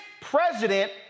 president